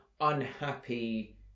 unhappy